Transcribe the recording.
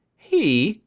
he!